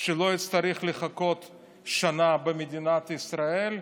שלא יצטרך לחכות שנה במדינת ישראל,